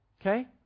Okay